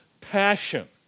passion